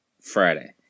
Friday